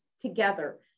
together